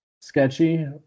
sketchy